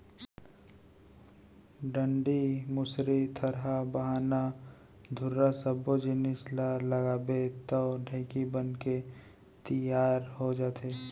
डांड़ी, मुसरी, थरा, बाहना, धुरा सब्बो जिनिस ल लगाबे तौ ढेंकी बनके तियार हो जाथे